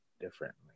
differently